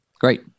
Great